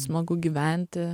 smagu gyventi